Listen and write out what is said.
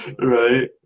Right